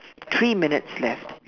three minutes left